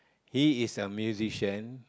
he is a musician